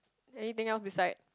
anything else beside